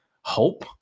hope